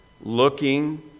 looking